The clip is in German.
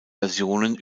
versionen